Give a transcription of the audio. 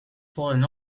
falling